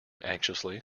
anxiously